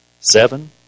seven